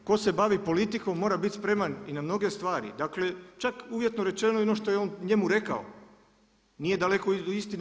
Tko se bavi politikom mora biti spreman i na mnoge stvari, dakle čak uvjetno rečeno i ono što je on njemu rekao, nije daleko od istine.